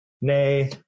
nay